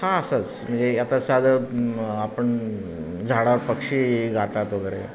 हा असंच म्हणजे आता साधं आपण झाडावर पक्षी गातात वगैरे